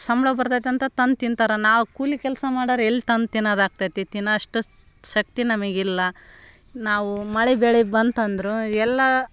ಸಂಬಳ ಬರ್ತೈತೆ ಅಂತ ತಂದು ತಿಂತಾರೆ ನಾವು ಕೂಲಿ ಕೆಲಸ ಮಾಡೋರು ಎಲ್ಲ ತಂದು ತಿನ್ನೋದು ಆಗ್ತೈತಿ ತಿನ್ನೋ ಅಷ್ಟು ಶಕ್ತಿ ನಮಗಿಲ್ಲ ನಾವು ಮಳೆ ಬೆಳೆ ಬಂತಂದ್ರೆ ಎಲ್ಲ